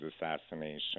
assassination